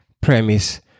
premise